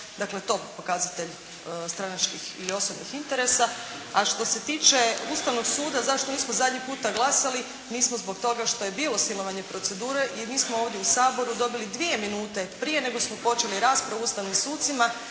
dakle to je pokazatelj stranačkih i osobnih interesa. A što se tiče Ustavnog suda zašto nismo zadnji puta glasali nismo zbog toga što je bilo silovanje procedure i mi smo ovdje u Saboru dobili dvije minute prije nego smo počeli raspravu o ustavnim sucima